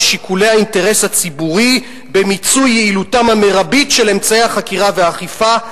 שיקולי האינטרס הציבורי במיצוי יעילותם המרבית של אמצעי החקירה והאכיפה,